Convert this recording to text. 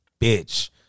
bitch